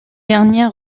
dernière